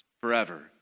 forever